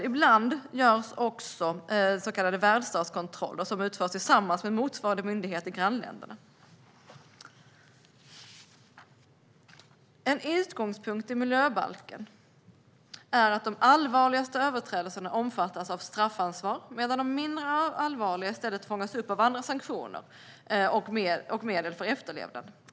Ibland görs också så kallade värdstatskontroller, som utförs tillsammans med motsvarande myndighet i grannländerna. En utgångspunkt i miljöbalken är att de allvarligaste överträdelserna omfattas av straffansvar medan de mindre allvarliga i stället fångas upp av andra sanktioner och medel för efterlevnad.